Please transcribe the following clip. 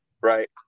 Right